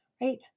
right